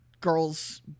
girls